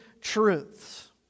truths